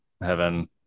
heaven